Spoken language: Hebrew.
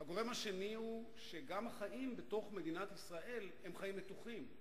הגורם השני הוא שגם החיים בתוך מדינת ישראל הם חיים מתוחים.